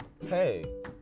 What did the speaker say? hey